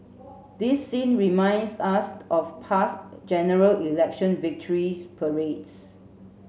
this scene reminds us of past General Election victory parades